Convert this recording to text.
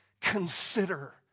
consider